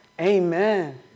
Amen